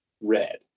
red